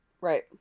Right